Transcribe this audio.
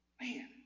man